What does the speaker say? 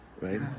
Right